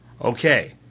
Okay